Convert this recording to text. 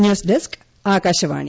news desk Akashvani